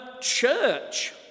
church